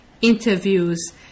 interviews